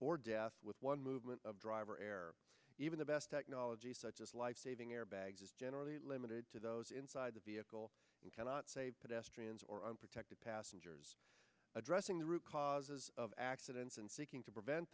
or death with one movement of driver error even the best technology such as lifesaving airbags is generally limited to those inside the vehicle and cannot save pedestrians or unprotected passengers addressing the root causes of accidents and seeking to prevent